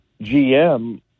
GM